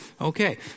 okay